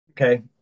Okay